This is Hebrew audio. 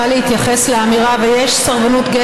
ומבחינת מנהיגי הימין הישראלי נראה שתם הפרק